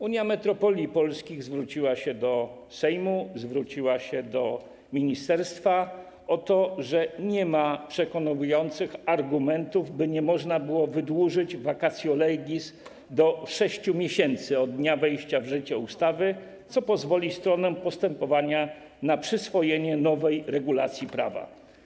Unia Metropolii Polskich zwróciła się do Sejmu, zwróciła się do ministerstwa, że nie ma przekonujących argumentów, by nie można było wydłużyć vacatio legis do 6 miesięcy od dnia wejścia w życie ustawy, co pozwoli stronom postępowania na przyswojenie nowej regulacji prawa.